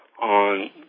on